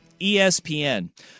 ESPN